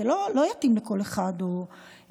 זה לא יתאים לכל אחד וכו'.